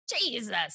Jesus